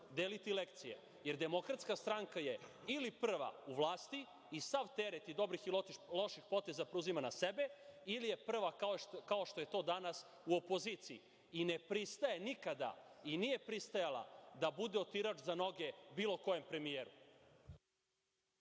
deliti lekcije, jer DS je ili prva u vlasti i sav teret dobrih i loših poteza preuzima na sebe ili je prva, kao što je to danas, u opoziciji i ne pristaje nikada i nije pristajala da bude otirač za noge bilo kojem premijeru.